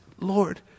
Lord